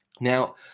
Now